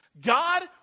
God